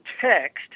text